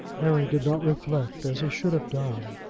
harry did not reflect as he should have done,